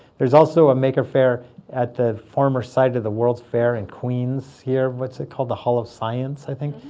there's also a maker faire at the former site of the world's fair in queens here. what's it called, the hall of science, i think?